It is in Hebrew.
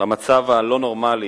במצב הלא-נורמלי